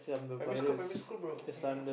primary school primary school bro eh